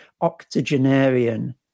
octogenarian